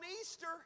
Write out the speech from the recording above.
Easter